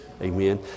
Amen